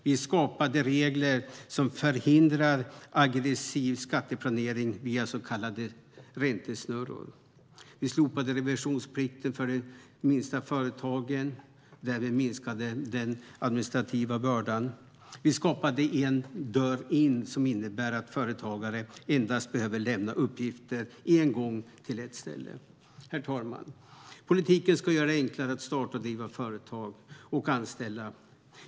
Vi skapade regler som förhindrar aggressiv skatteplanering via så kallade räntesnurror. Vi slopade revisionsplikten för de minsta företagen och minskade därmed den administrativa bördan. Vi skapade "en dörr in", som innebär att företagare endast behöver lämna uppgifter en gång till ett ställe. Herr talman! Politiken ska göra det enklare att starta och driva företag och att anställa.